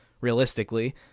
realistically